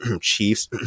Chiefs